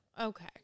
Okay